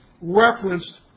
referenced